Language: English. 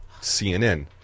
CNN